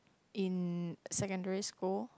in secondary school